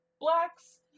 blacks